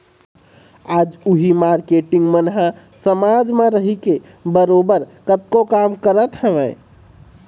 आज उही मारकेटिंग मन ह समाज म रहिके बरोबर कतको काम करत हवँय